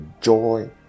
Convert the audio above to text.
joy